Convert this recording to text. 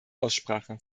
aussprache